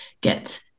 get